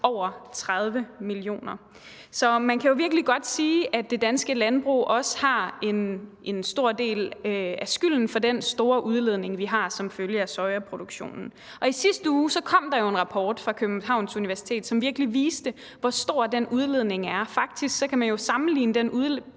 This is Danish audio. over 30 millioner. Så man kan jo virkelig godt sige, at det danske landbrug også har en stor del af skylden for den store udledning, vi har som følge af sojaproduktionen. I sidste uge kom der jo en rapport fra Københavns Universitet, som virkelig viste, hvor stor den udledning er. Faktisk kan man jo sammenligne den udledning